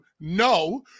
no